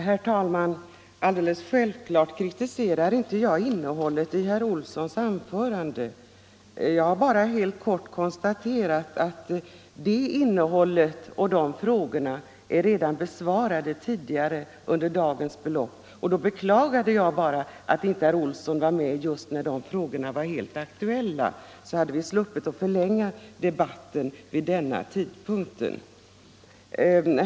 Herr talman! Det är alldeles självklart att jag inte kritiserade innehållet i herr Olssons i Stockholm anförande. Jag konstaterade bara helt kort att hans frågor redan hade blivit besvarade under dagens debatt. Och jag beklagade att inte herr Olsson var med när frågorna var helt aktuella, för då hade vi sluppt förlänga debatten vid denna tidpunkt.